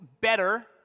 better